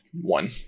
one